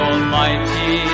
Almighty